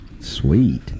Sweet